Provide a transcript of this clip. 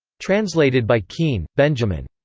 translated by keen, benjamin.